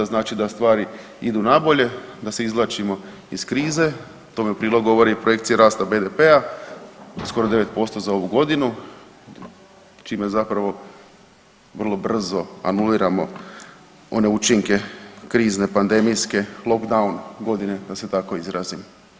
Znači da stvari idu nabolje, da se izvlačimo iz krize, tome u prilog govori projekcija rasta BDP-a, skoro 9% za ovu godinu čime zapravo vrlo brzo anuliramo one učinke krizne, pandemijske, lockdown godine da se tako izrazim.